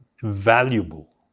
valuable